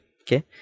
Okay